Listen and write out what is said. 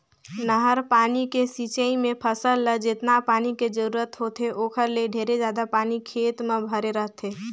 नहर पानी के सिंचई मे फसल ल जेतना पानी के जरूरत होथे ओखर ले ढेरे जादा पानी खेत म भरे रहथे